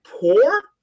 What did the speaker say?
poor